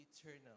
eternal